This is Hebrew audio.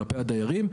כלפי הדיירים,